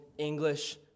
English